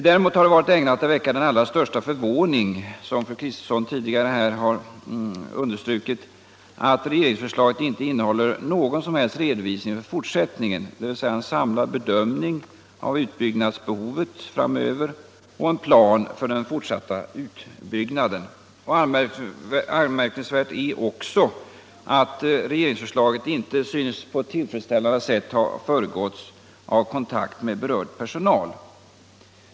Däremot har det varit ägnat att väcka den allra största förvåning att regeringsförslaget inte innehåller någon redovisning för fortsättningen, dvs. en samlad bedömning av utbyggnadsbehovet framöver och en plan för den fortsatta utbyggnaden. Anmärkningsvärt är också att regeringsförslaget inte synes på ett tillfredsställande sätt ha föregåtts av kontakt med berörd personal.